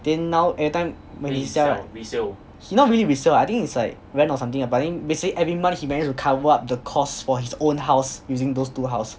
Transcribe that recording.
then now every time when he sell not really resale lah I think is like rent or something lah but then basically every month he managed to cover up the cost for his own house using those two house